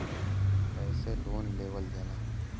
कैसे लोन लेवल जाला?